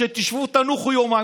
תשבו ותנוחו יומיים,